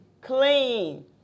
clean